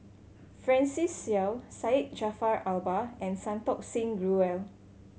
Francis Seow Syed Jaafar Albar and Santokh Singh Grewal